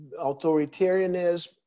authoritarianism